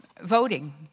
voting